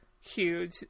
huge